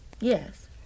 Yes